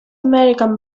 american